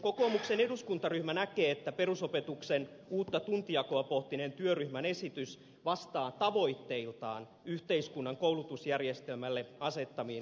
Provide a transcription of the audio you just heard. kokoomuksen eduskuntaryhmä näkee että perusopetuksen uutta tuntijakoa pohtineen työryhmän esitys vastaa tavoitteiltaan yhteiskunnan koulutusjärjestelmälle asettamia muutostarpeita